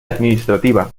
administrativa